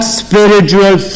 spiritual